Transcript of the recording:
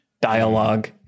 dialogue